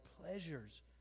pleasures